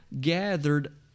gathered